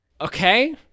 Okay